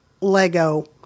Lego